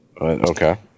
Okay